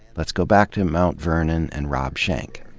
let's go back to mount vernon and rob shenk.